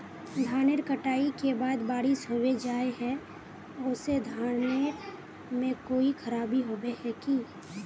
धानेर कटाई के बाद बारिश होबे जाए है ओ से धानेर में कोई खराबी होबे है की?